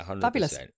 fabulous